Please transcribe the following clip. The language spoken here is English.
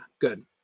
good